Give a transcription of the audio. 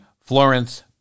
Florence